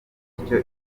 bityo